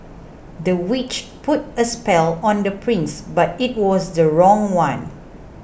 the witch put a spell on the prince but it was the wrong one